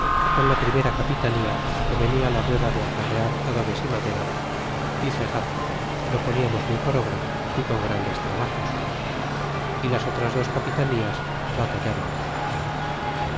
con la primera capitanía que venia la rueda de acarrear adobes y madera y cegar lo poníamos muy por la obra y con grandes trabajos y las otras dos capitanías batallbamos